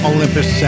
Olympus